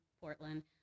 Portland